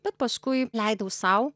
bet paskui leidau sau